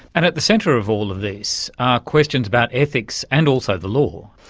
and at the centre of all of this are questions about ethics and also the law.